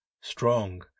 strong